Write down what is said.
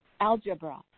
algebra